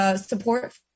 support